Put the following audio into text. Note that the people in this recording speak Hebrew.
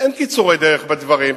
אין קיצורי דרך בדברים.